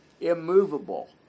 immovable